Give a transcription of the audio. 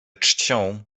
czcią